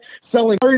selling